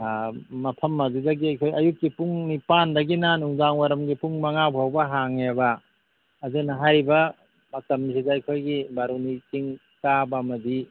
ꯑꯥ ꯃꯐꯝ ꯑꯗꯨꯗꯒꯤ ꯑꯩꯈꯣꯏ ꯑꯌꯨꯛꯀꯤ ꯄꯨꯡ ꯅꯤꯄꯥꯜꯗꯒꯤꯅ ꯅꯨꯡꯗꯥꯡ ꯋꯥꯏꯔꯝꯒꯤ ꯄꯨꯡ ꯃꯉꯥ ꯐꯥꯎꯕ ꯍꯥꯡꯉꯦꯕ ꯑꯗꯨꯅ ꯍꯥꯏꯔꯤꯕ ꯃꯇꯝꯁꯤꯗ ꯑꯩꯈꯣꯏꯒꯤ ꯕꯥꯔꯨꯅꯤ ꯆꯤꯡ ꯀꯥꯕ ꯑꯃꯗꯤ